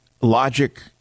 logic